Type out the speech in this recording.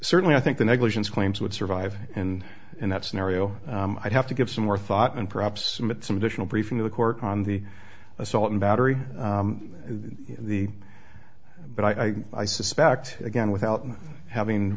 certainly i think the negligence claims would survive and in that scenario i'd have to give some more thought and perhaps some additional briefing to the court on the assault and battery and the but i think i suspect again without having